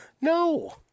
no